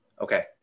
Okay